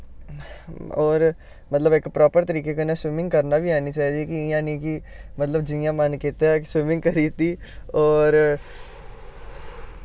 होर इक मतलब प्रापर तरीके कन्नै स्विमिंग करनी आनी चाहिदी कि इ'यां नी कि मतलब जियां मन कीता स्विमिंग करी दित्ती होर